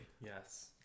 yes